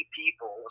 people